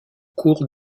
cours